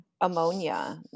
Ammonia